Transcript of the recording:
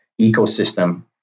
ecosystem